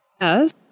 Yes